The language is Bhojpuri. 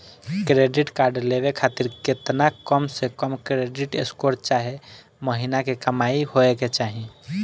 क्रेडिट कार्ड लेवे खातिर केतना कम से कम क्रेडिट स्कोर चाहे महीना के कमाई होए के चाही?